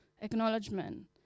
acknowledgement